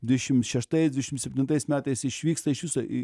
dvidešim šeštais dvidešim septintais metais išvyksta iš viso į